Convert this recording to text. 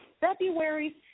February